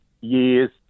years